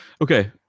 okay